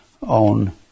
on